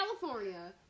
California